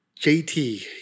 JT